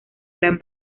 gran